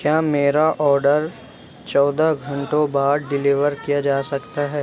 کیا میرا اوڈر چودہ گھنٹوں بعد ڈیلیور کیا جا سکتا ہے